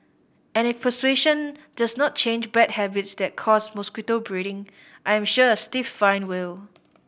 and if persuasion does not change bad habits that cause mosquito breeding I am sure a stiff fine will